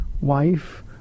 wife